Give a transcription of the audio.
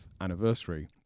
anniversary